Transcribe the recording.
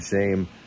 shame